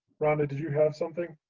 rhonda, did you have something?